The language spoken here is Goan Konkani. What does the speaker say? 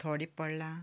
थोडें पडलां